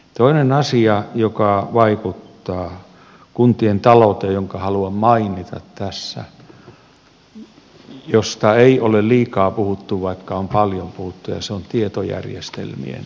toinen asia joka vaikuttaa kuntien talouteen jonka haluan mainita tässä josta ei ole liikaa puhuttu vaikka on paljon puhuttu on tietojärjestelmien yhtenäistäminen